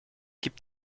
gib